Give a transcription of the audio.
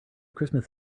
christmas